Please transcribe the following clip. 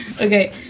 Okay